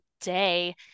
day